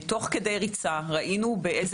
ראינו איך